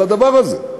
על הדבר הזה,